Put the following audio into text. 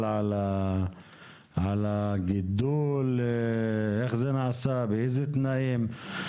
על הגידול, איך זה נעשה, באיזה תנאים.